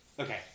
Okay